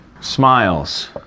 smiles